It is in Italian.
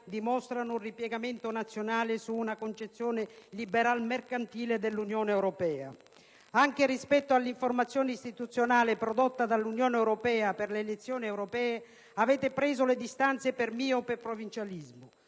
dimostrano un ripiegamento nazionale su una concezione liberal-mercantile dell'Unione europea. Anche rispetto all'informazione istituzionale prodotta dall'Unione europea per le elezioni europee avete preso le distanze per miope provincialismo.